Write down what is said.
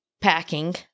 packing